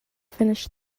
finish